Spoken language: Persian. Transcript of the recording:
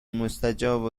مستجاب